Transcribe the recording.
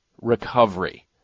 recovery